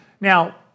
Now